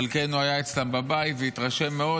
חלקנו היו אצלם בבית והתרשם מאוד,